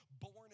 born